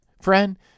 friend